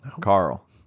Carl